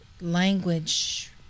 language